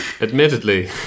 admittedly